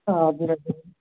हजुर हजुर